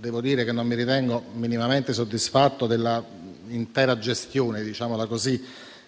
Devo dire che non mi ritengo minimamente soddisfatto dell'intera gestione